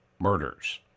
Murders